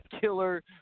killer